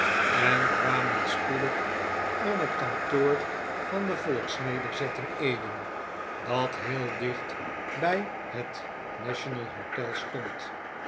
en kwamen spoedig aan het kantoor van de volksnederzetting eden dat heel dicht bij het national hotel stond